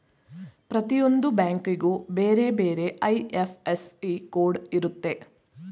ಪ್ರತಿಯೊಂದು ಬ್ಯಾಂಕಿಗೂ ಬೇರೆ ಬೇರೆ ಐ.ಎಫ್.ಎಸ್.ಸಿ ಕೋಡ್ ಇರುತ್ತೆ